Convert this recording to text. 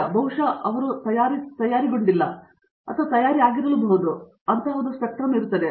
ಆದ್ದರಿಂದ ಬಹುಶಃ ಅವು ತಯಾರಿಸಲ್ಪಟ್ಟಿಲ್ಲ ಆದರೆ ಅವರು ಆಗಿರಬಹುದು ಆದ್ದರಿಂದ ಅದು ಸ್ಪೆಕ್ಟ್ರಮ್ ಆಗಿರುತ್ತದೆ